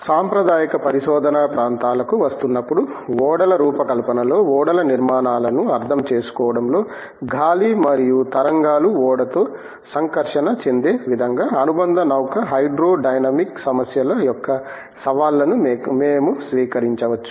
సాంప్రదాయిక పరిశోధన ప్రాంతాలకు వస్తున్నప్పుడు ఓడల రూపకల్పనలో ఓడల నిర్మాణాలను అర్థం చేసుకోవడంలో గాలి మరియు తరంగాలు ఓడతో సంకర్షణ చెందే విధంగా అనుబంధ నౌక హైడ్రో డైనమిక్ సమస్యల యొక్క సవాళ్లను మేము స్వీకరించవచ్చు